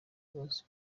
ibibazo